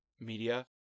media